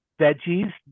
veggies